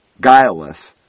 guileless